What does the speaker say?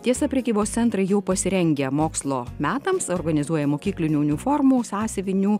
tiesa prekybos centrai jau pasirengę mokslo metams organizuoja mokyklinių uniformų sąsiuvinių